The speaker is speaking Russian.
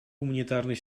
гуманитарной